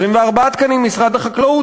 24 תקנים ממשרד החקלאות,